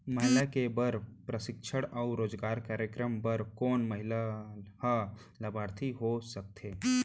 महिला के बर प्रशिक्षण अऊ रोजगार कार्यक्रम बर कोन महिला ह लाभार्थी हो सकथे?